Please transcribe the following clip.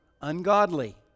ungodly